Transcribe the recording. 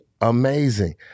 amazing